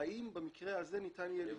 ניתן יהיה לגזור.